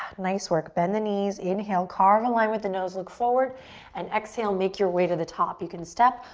nice work. bend the knees, inhale. carve a line with the nose. look forward and exhale, make your way to the top. you can step,